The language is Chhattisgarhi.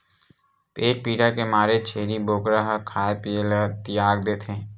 पेट पीरा के मारे छेरी बोकरा ह खाए पिए ल तियाग देथे